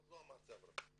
עוד לא אמרתי ממשלה.